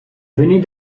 venait